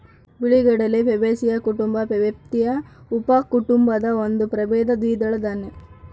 ಬಿಳಿಗಡಲೆ ಪ್ಯಾಬೇಸಿಯೀ ಕುಟುಂಬ ಪ್ಯಾಬಾಯ್ದಿಯಿ ಉಪಕುಟುಂಬದ ಒಂದು ಪ್ರಭೇದ ದ್ವಿದಳ ದಾನ್ಯ